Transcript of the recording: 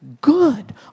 good